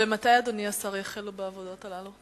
מתי, אדוני השר, יחלו בעבודות הללו?